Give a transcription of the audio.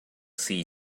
sea